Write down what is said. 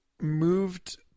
moved